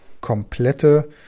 komplette